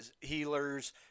healers